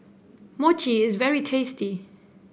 Mochi is very tasty